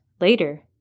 later